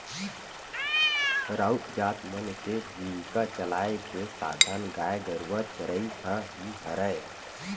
राउत जात मन के जीविका चलाय के साधन गाय गरुवा चरई ह ही हरय